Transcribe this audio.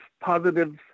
positive